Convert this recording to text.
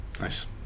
Nice